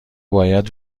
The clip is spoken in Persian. باید